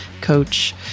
coach